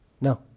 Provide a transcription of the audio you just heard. No